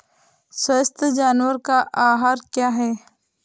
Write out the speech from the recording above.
स्वस्थ जानवर का आहार क्या है?